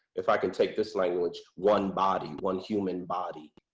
if i can take this language, one body, one human body,